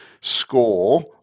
score